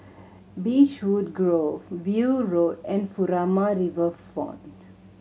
Beechwood Grove View Road and Furama Riverfront